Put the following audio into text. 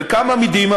חלקם אמידים,